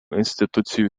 institucijų